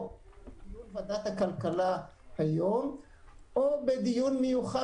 או בוועדת הכלכלה היום או בדיון מיוחד